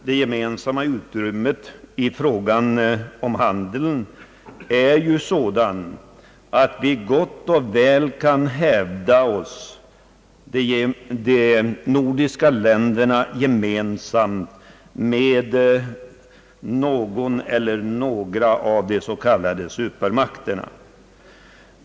Det gemensamma utrymmet i fråga om handeln är ju så stort att de nordiska länderna gott och väl kan hävda sig gentemot någon eller några av de s.k. supermakterna.